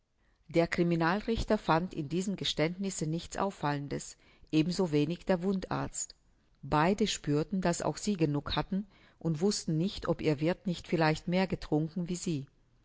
der criminalrichter fand in diesem geständnisse nichts auffallendes eben so wenig der wundarzt beide spürten daß auch sie genug hatten und wußten nicht ob ihr wirth nicht vielleicht mehr getrunken wie sie